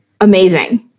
amazing